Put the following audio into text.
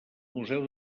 museu